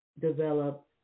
develop